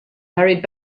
hurried